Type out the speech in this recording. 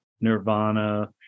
nirvana